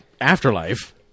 afterlife